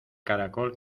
caracol